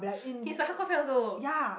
he's a hardcore fan also